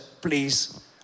Please